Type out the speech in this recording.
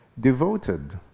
devoted